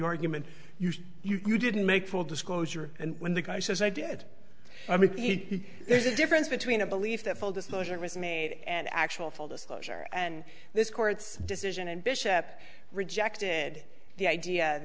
argument you didn't make full disclosure and when the guy says i did i mean he there's a difference between a belief that full disclosure was made and actual full disclosure and this court's decision and bishop rejected the idea